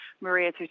Maria